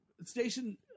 station